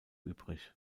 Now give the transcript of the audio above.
übrig